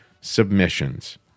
submissions